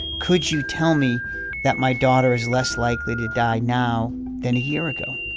could you tell me that my daughter is less likely to die now than a year ago?